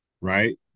right